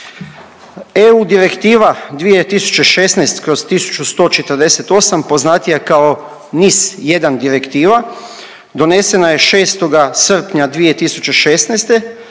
EU Direktiva 2016/1148, poznatije kao NIS-1 direktiva donesena je 6. srpnja 2016.